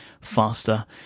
faster